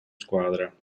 squadra